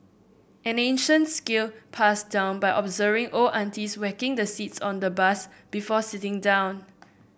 an ancient skill passed down by observing old aunties whacking the seats on the bus before sitting down